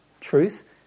truth